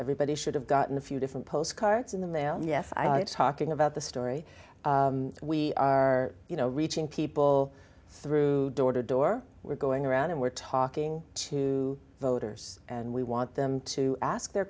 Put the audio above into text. everybody should have gotten a few different postcards in the mail talking about the story we are you know reaching people through door to door we're going around and we're talking to voters and we want them to ask their